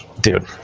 dude